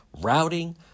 routing